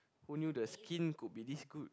who knew the skin could be this good